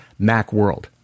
Macworld